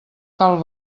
cal